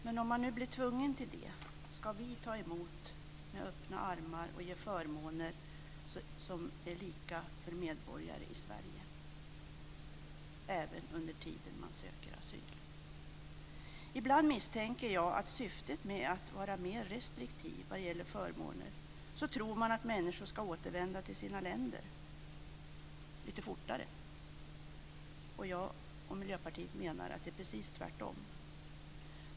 Men om man nu blir tvungen till det ska vi ta emot med öppna armar och ge lika förmåner som för medborgare i Sverige även under den tid man söker asyl. Ibland misstänker jag att syftet med att vara mer restriktiv vad gäller förmåner är att man tror att människor ska återvända till sina länder lite fortare. Jag och Miljöpartiet menar att det är precis tvärtom.